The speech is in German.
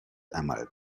einmal